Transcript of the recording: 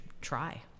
try